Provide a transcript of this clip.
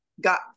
got